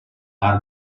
part